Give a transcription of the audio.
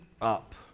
up